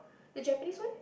the Japanese one